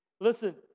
Listen